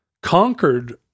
conquered